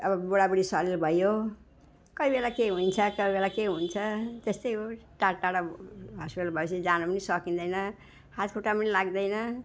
अब बुढाबुढी शरीर भइयो कोही बेला के हुन्छ कोही बेला के हुन्छ त्यस्तै हो टाढा टाढा हस्पिटल भएपछि जान पनि सकिँदैन हातखुट्टा पनि लाग्दैन